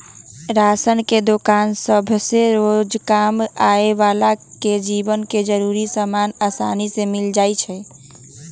ration के दोकान सभसे रोजकाम आबय बला के जीवन के जरूरी समान असानी से मिल जाइ छइ